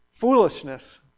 Foolishness